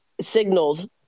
signals